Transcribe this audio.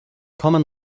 common